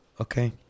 okay